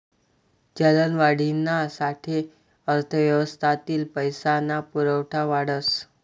चलनवाढीना साठे अर्थव्यवस्थातील पैसा ना पुरवठा वाढस